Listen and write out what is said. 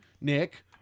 Nick